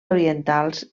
orientals